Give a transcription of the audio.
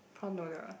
prawn noodle